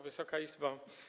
Wysoka Izbo!